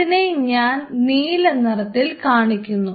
അതിനെ ഞാൻ നീലനിറത്തിൽ കാണിക്കുന്നു